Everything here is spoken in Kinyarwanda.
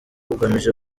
ugamije